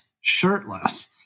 shirtless